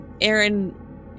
Aaron